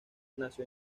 nació